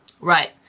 Right